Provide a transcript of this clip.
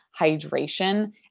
hydration